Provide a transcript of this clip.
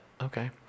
Okay